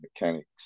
mechanics